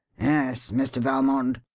yes, mr. valmond,